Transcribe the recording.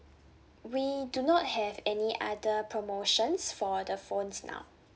we do not have any other promotions for the phones now